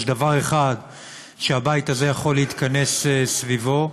יש דבר אחד שהבית הזה יכול להתכנס סביבו,